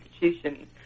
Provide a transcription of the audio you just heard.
institutions